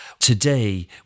today